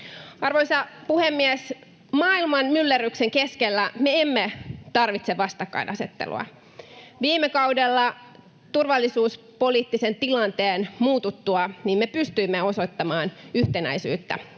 Arvoisa puhemies! Maailman myllerryksen keskellä me emme tarvitse vastakkainasettelua. Viime kaudella turvallisuuspoliittisen tilanteen muututtua me pystyimme osoittamaan yhtenäisyyttä